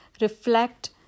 reflect